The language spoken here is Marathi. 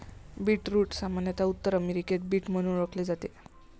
बीटरूट सामान्यत उत्तर अमेरिकेत बीट म्हणून ओळखले जाते